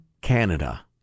Canada